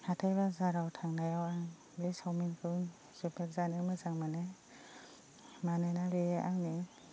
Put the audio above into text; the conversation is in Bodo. हाथाइ बाजाराव थांनायाव आं बे चाउमिनखौ जोबोद जानो मोजां मोनो मानोना बे आंनि